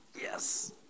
Yes